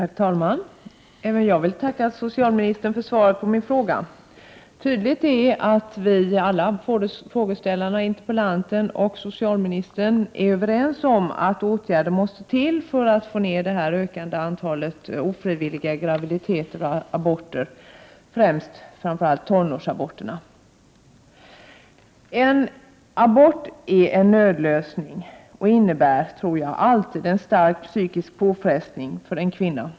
Herr talman! Även jag vill tacka socialministern för svaret på min fråga. Tydligt är att frågeställarna, interpellanten och socialministern är överens om att åtgärder måste till för att få ner det ökande antalet ofrivilliga graviditeter och aborter, framför allt tonårsaborterna. En abort är en nödlösning och innebär alltid en stark psykisk påfrestning för en kvinna.